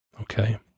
okay